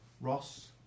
Ross